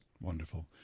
Wonderful